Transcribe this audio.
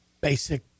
basic